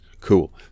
Cool